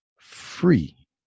free